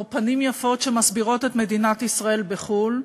פנים יפות שמסבירות את מדינת ישראל בחו"ל,